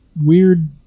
weird